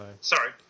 Sorry